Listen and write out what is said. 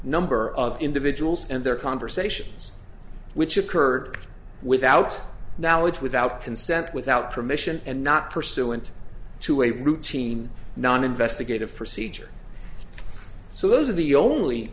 number of individuals and their conversations which occurred without knowledge without consent without permission and not pursuant to a routine non investigative procedure so those are the only